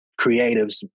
creatives